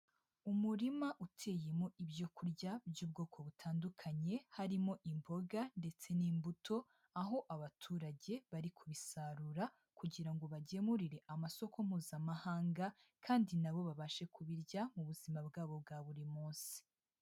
Umurima uteyemo ibyo kurya by'ubwoko butandukanye, harimo imboga ndetse n'imbuto, aho abaturage bari kubisarura kugira bagemurire amasoko mpuzamahanga, kandi na bo babashe kubirya mu buzima bwabo bwa buri munsi.